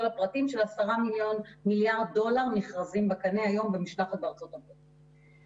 הפרטים 10 מיליארד דולר מכרזים במשלחת בארצות הברית.